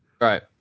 Right